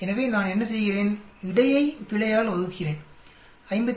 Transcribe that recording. எனவே நான் என்ன செய்கிறேன் இடையை பிழையால் வகுக்கிறேன் 57